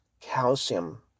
calcium